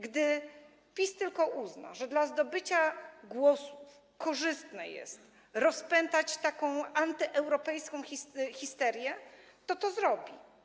Gdy PiS tylko uzna, że dla zdobycia głosów korzystne jest rozpętanie takiej antyeuropejskiej histerii, to to zrobi.